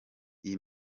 iyi